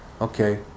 Okay